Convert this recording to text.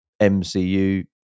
MCU